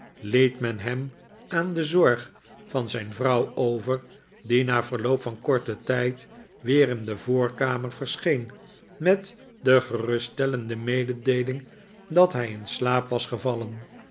liet men hem aan de zorg van zijn vrouw over die na verloop van korten tijd weer in de voorkamer verscheen met de geruststellende mededeeling dat hij in slaap was gevallen